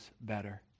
better